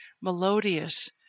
melodious